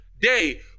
day